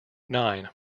nine